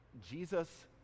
Jesus